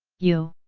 you?